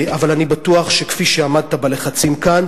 אבל אני בטוח שכפי שעמדת בלחצים כאן,